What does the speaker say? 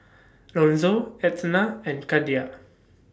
Lonzo Etna and Cordia